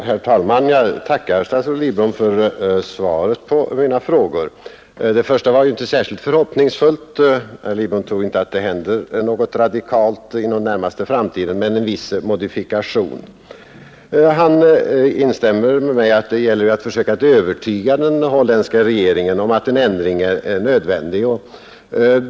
Herr talman! Jag tackar statsrådet Lidbom för svaren på mina frågor. Det första var inte särskilt förhoppningsfullt. Statsrådet Lidbom tror inte att det händer något radikalt inom den närmaste framtiden, dock med en viss modifikation. Han instämmer sedan med mig i att det gäller att försöka övertyga den holländska regeringen om att en ändring är nödvändig.